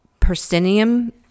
Persinium